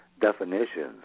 definitions